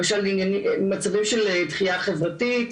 למשל מצבים של דחייה חברתית,